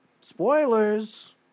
spoilers